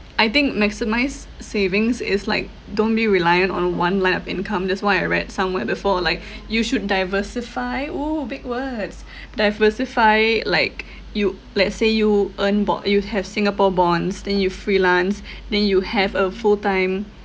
I think maximise savings is like don't be reliant on one line of income that's what I read somewhere therefore like you should diversify !woo! big words diversify like you let's say you earn bo~ you have singapore bonds then you freelance then you have a full time